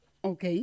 Ok